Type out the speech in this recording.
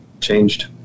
changed